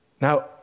Now